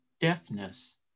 deafness